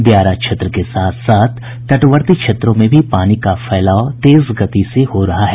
दियारा क्षेत्र के साथ साथ तटवर्ती क्षेत्रों में भी पानी का फैलाव तेज गति से हो रहा है